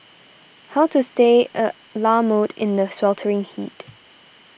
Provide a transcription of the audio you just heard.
how to stay a la mode in the sweltering heat